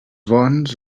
bons